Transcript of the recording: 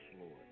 Lord